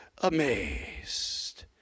amazed